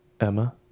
Emma